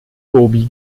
gobi